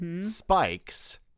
spikes